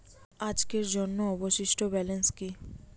আজকের জন্য অবশিষ্ট ব্যালেন্স কি?